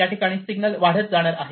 याठिकाणी सिग्नल वाढत जाणार आहे